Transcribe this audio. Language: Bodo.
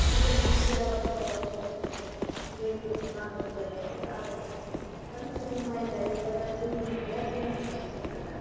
आरो जों गिसि आबाद फोनायाव जों दिनै दैफोरखौ नांगौ जायो मानो होनब्ला आबादनि थाखाय मानो होनब्ला जों माइ गायोब्ला दैनि बिराद गोनांथि जोंहा दा